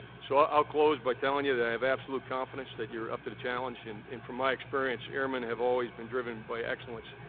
so, i'll close by telling you that i have absolute confidence that you're up to the challenge. and, from my experience, airmen have always been driven by excellence.